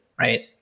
right